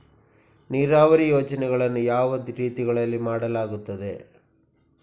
ನೀರಾವರಿ ಯೋಜನೆಗಳನ್ನು ಯಾವ ರೀತಿಗಳಲ್ಲಿ ಮಾಡಲಾಗುತ್ತದೆ?